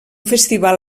festival